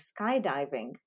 skydiving